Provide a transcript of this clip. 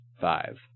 five